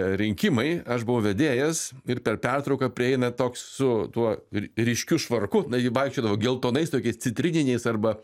rinkimai aš buvau vedėjas ir per pertrauką prieina toks su tuo ryškiu švarku na jie vaikščiodavo geltonais tokiais citrininiais arba